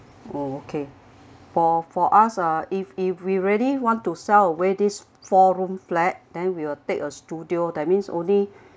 oh okay for for us uh if if we really want to sell away this four room flat then we will take a studio that means only